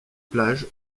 plage